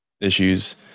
issues